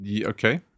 okay